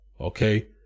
okay